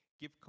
Give